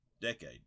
decade